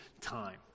time